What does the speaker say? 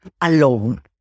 alone